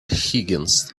higgins